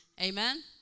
Amen